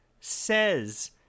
says